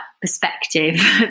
perspective